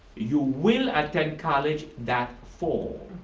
you will attend college that fall.